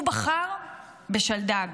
הוא בחר בשלדג